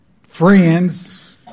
friends